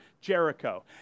Jericho